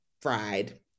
fried